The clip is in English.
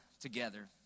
together